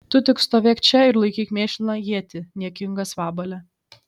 tu tik stovėk čia ir laikyk mėšliną ietį niekingas vabale